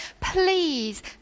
please